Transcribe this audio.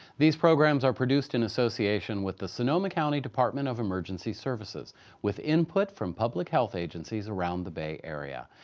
these programs are produced in association with the sonoma county department of emergency services with input from public health agencies around the bay area,